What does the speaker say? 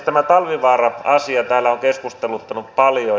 tämä talvivaara asia täällä on keskusteluttanut paljon